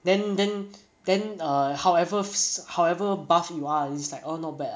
then then then err however~ however buff you are it's like all not bad ah